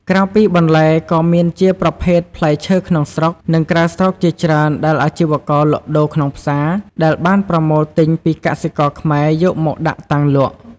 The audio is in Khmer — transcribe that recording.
ក្រៅពីបន្លែ ក៏មានជាប្រភេទផ្លែឈើក្នុងស្រុក និងក្រៅស្រុកជាច្រើនដែលអាជីវករលក់ក្នុងផ្សារ ដែលបានប្រមូលទិញពីកសិករខ្មែរយកមកដាក់តាំងលក់។